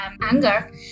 anger